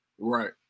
right